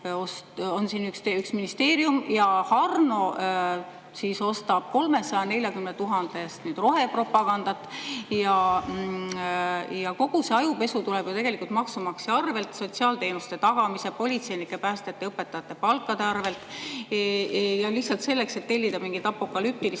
näiteks ühel ministeeriumil ja Harno ostab 340 000 eest rohepropagandat. Kogu see ajupesu tuleb ju tegelikult maksumaksja arvelt, sotsiaalteenuste tagamise ning politseinike, päästjate ja õpetajate palkade arvelt. Lihtsalt selleks, et tellida mingit apokalüptilist